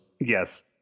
Yes